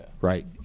right